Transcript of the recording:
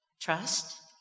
trust